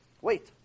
Wait